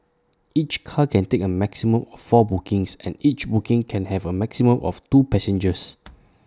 each car can take A maximum of four bookings and each booking can have A maximum of two passengers